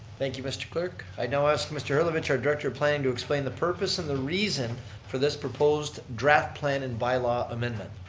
thank you mr. clerk. i now ask mr. hillovich, our director of planning to explain the purpose and the reason for this proposed draft plan and bylaw amendment.